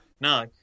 No